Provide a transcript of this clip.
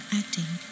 acting